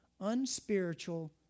unspiritual